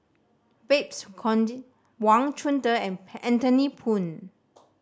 Babes Conde Wang Chunde and Anthony Poon